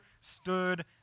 stood